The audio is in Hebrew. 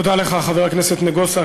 תודה לך, חבר הכנסת נגוסה.